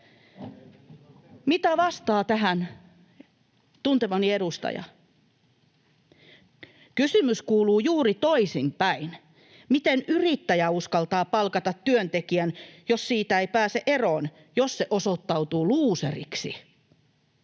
Mitä vastaa tähän tuntemani edustaja? Kysymys kuuluu juuri toisinpäin: miten yrittäjä uskaltaa palkata työntekijän, jos siitä ei pääse eroon, jos se osoittautuu luuseriksi?